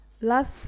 Last